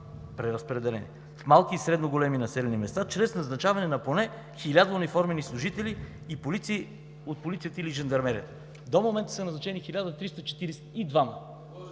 преразпределен в малки и средно големи населени места, чрез назначаване на поне 1000 униформени служители от полицията или жандармерията“. До момента са назначени 1342-ма!